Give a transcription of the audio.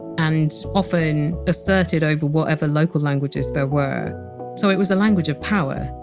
and often asserted over whatever local languages there were so it was a language of power,